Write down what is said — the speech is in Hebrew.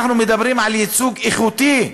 אנחנו מדברים על ייצוג איכותי,